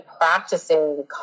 practicing